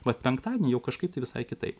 vat penktadienį jau kažkaip visai kitaip